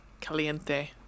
caliente